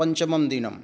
पञ्चमं दिनम्